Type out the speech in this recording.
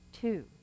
two